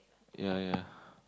ya ya